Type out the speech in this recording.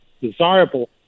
desirable